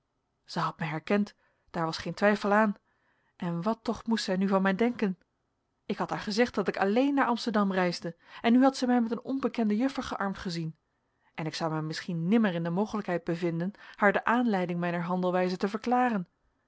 zij had mij herkend daar was geen twijfel aan en wat toch moest zij nu van mij denken ik had haar gezegd dat ik alleen naar amsterdam reisde en nu had zij mij met een onbekende juffer gearmd gezien en ik zou mij misschien nimmer in de mogelijkheid bevinden haar de aanleiding mijner handelwijze te verklaren